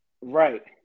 Right